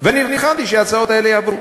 ונלחמתי שההצעות האלה יעברו,